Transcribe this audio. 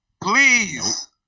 Please